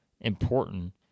important